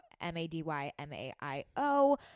M-A-D-Y-M-A-I-O